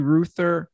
Ruther